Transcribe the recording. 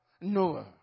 Noah